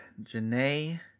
Janae